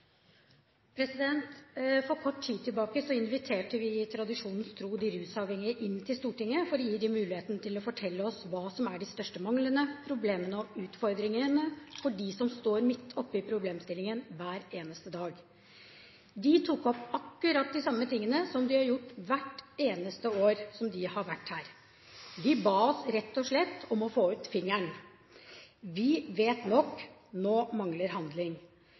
For kort tid tilbake inviterte vi, tradisjonen tro, de rusavhengige til Stortinget for å gi dem muligheten til å fortelle oss hva som er de største manglene, problemene og utfordringene for dem som står midt oppe i denne problemstillingen hver eneste dag. De tok opp akkurat de samme tingene som de har gjort hvert eneste år de har vært her: De ba oss rett og slett om «å få ut finger’n»: Vi vet nok, nå mangler handling.